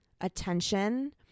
attention